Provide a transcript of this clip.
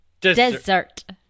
Desert